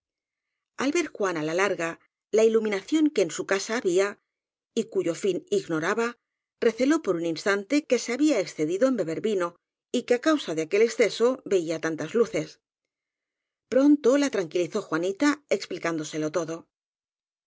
ver juana la larga la iluminación que en su casa había y cuyo fin ignoraba receló por un ins tante que se había excedido en beber vino y que á causa de aquel exceso veía tantas luces pronto la tranquilizó juanita explicándoselo todo